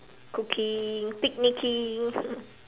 cooking picnicking